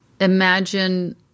imagine